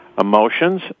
emotions